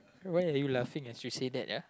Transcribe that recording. why are you laughing as you say that ya